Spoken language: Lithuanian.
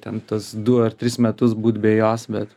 ten tuos du ar tris metus būt be jos bet